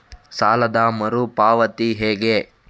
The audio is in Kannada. ಸಾಲದ ಮರು ಪಾವತಿ ಹೇಗೆ?